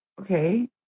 Okay